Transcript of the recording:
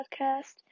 podcast